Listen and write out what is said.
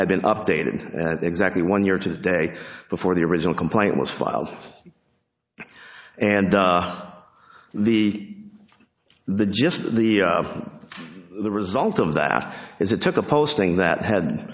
had been updated and exactly one year to the day before the original complaint was filed and the the just the result of that is it took a posting that had